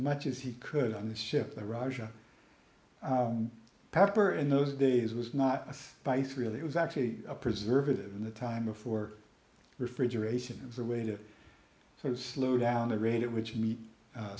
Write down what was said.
much as he could on the ship the russia pepper in those days was not a spice really it was actually a preservatives and the time before refrigeration was a way to slow down the rate at which meat